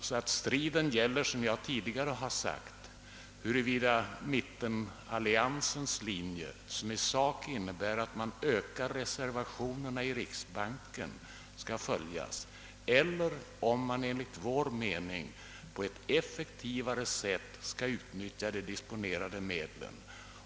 Striden gäller alltså, som jag tidigare sagt, huruvida mittenalliansens linje, som i sak innebär att man ökar reservationerna i riksbanken, skall följas eller om man enligt vårt förslag på ett effektivare sätt skall utnyttja de disponerade medlen.